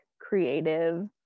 creative